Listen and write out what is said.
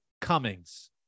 Cummings